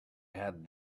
had